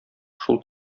шул